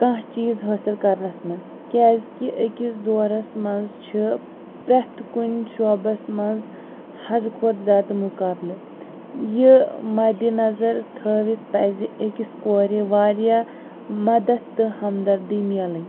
کانٛہہ چیٖز حٲصِل کرنَس منٛز کیازِکہ أکِس دورَس منٛز چھِ پرٮ۪تھ کُنہِ شعوبَس منٛز حد کھۄتہٕ زیادٕ مقابلہٕ یہِ مَدِ نَظر تھٲیِتھ پَزِ أکِس کورِ واریاہ مَدَد تہٕ ہمدردی میلٕنۍ